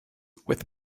with